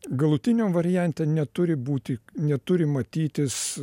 galutiniam variante neturi būti neturi matytis